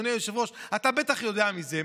אדוני היושב-ראש, אתה בטח יודע מזה.